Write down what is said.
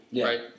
right